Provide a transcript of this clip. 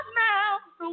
mouth